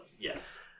Yes